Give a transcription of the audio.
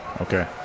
Okay